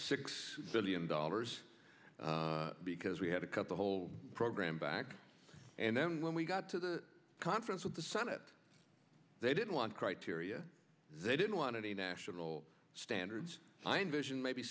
six billion dollars because we had a couple whole program back and then when we got to the conference with the senate they didn't want criteria they didn't want any national standards i envision maybe